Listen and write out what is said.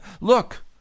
look